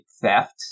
theft